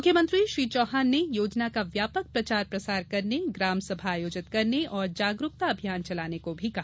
मुख्यमंत्री श्री चौहान ने योजना का व्यापक प्रचार प्रसार करने ग्राम सभा आयोजित करने और जागरुकता अभियान चलाने को कहा